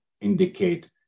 indicate